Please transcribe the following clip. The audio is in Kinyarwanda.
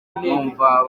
numva